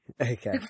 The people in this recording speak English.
okay